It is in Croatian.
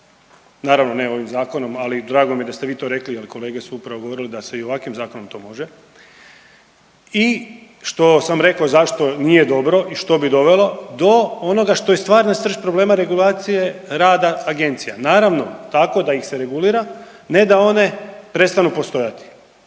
naravno ne ovim zakonom, ali drago mi je da ste vi to rekli jer kolege su upravo govorili da se i ovakvim zakonom to može. I što sam rekao zašto nije dobro i što bi dovelo do onoga što je stvarna srž problema regulacije rada agencija. Naravno tako da ih se regulira, ne da one prestanu postojati,